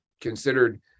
considered